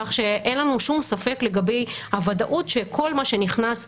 כך שאין לנו שום ספק לגבי הוודאות שכל מה שנכנס,